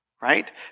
Right